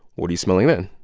what are you smelling then?